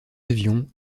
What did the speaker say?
avions